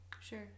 sure